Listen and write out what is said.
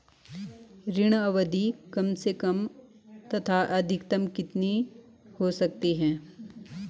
ऋण अवधि कम से कम तथा अधिकतम कितनी हो सकती है?